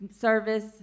service